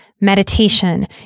meditation